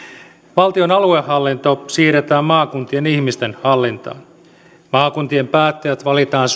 valtion aluehallinto siirretään maakuntien ihmisten hallintaan maakuntien päättäjät valitaan